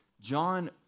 John